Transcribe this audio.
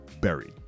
buried